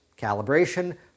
calibration